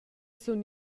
sun